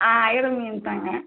ஆ அயிரை மீன் தாங்க